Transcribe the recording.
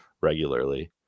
regularly